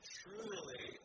truly